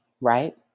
right